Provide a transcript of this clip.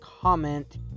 comment